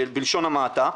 בלשון המעטה.